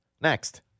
next